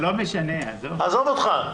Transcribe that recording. עזוב אותך.